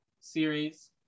series